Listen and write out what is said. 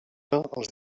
els